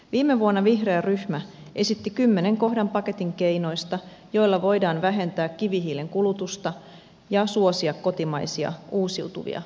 viime vuonna vihreä ryhmä esitti kymmenen kohdan paketin keinoista joilla voidaan vähentää kivihiilen kulutusta ja suosia kotimaisia uusiutuvia polttoaineita